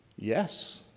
yes.